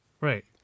Right